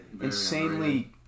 insanely